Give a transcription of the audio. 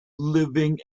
living